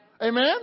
Amen